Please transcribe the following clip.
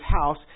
house